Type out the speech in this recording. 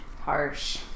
harsh